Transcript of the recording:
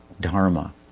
dharma